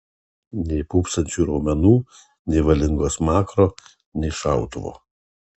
nei pūpsančių raumenų nei valingo smakro nei šautuvo